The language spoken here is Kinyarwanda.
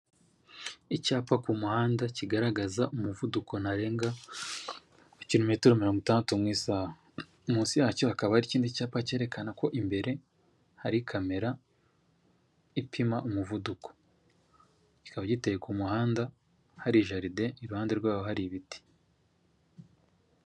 Icyapa ku muhanda kigaragaza umuvuduko ntarengwa, ku kirometero mirongo itandatu mu isaha. Munsi yacyo hakaba hari ikindi cyapa cyerekana ko imbere hari kamera ipima umuvuduko. Kikaba giteye ku muhanda hari jaride iruhande rwaho hari ibiti.